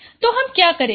तो हम क्या करेंगे